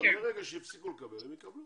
מרגע שהם הפסיקו לקבל הם יקבלו.